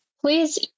please